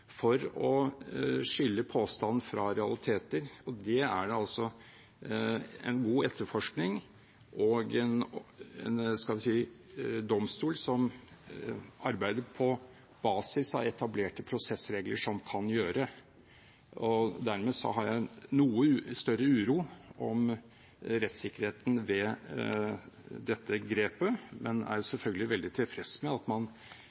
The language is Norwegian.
for å skille påstand fra realiteter, og det er det en god etterforskning og en – skal vi si – domstol som arbeider på basis av etablerte prosessregler, som kan gjøre. Dermed har jeg noe større uro om rettssikkerheten ved dette grepet, men er selvfølgelig veldig tilfreds med at man